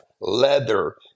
leather